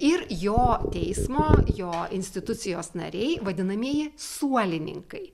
ir jo teismo jo institucijos nariai vadinamieji suolininkai